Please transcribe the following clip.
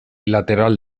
lateral